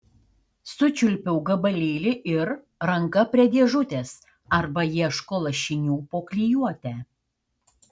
sučiulpiau gabalėlį ir ranka prie dėžutės arba ieško lašinių po klijuotę